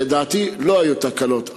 לדעתי לא היו תקלות,